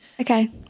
Okay